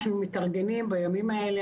אנחנו מתארגנים בימים האלה.